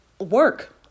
work